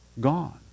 gone